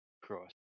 cross